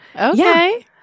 Okay